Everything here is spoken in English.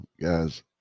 guys